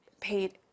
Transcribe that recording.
paid